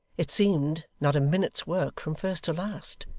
it seemed not a minute's work from first to last.